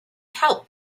help